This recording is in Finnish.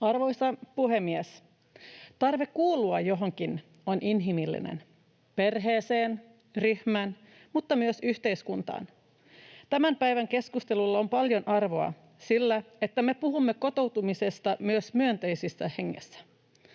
Arvoisa puhemies! Tarve kuulua johonkin on inhimillinen: perheeseen tai ryhmään, mutta myös yhteiskuntaan. Tämän päivän keskustelulla on paljon arvoa: sillä, että me puhumme kotoutumisesta myös myönteisessä hengessä.